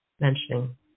mentioning